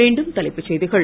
மீண்டும் தலைப்புச் செய்திகள்